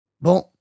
Bon